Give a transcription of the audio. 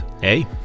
Hey